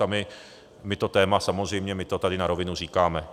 A my to téma, samozřejmě, tady na rovinu říkáme.